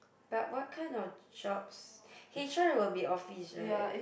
but what kind of jobs H_R will be office right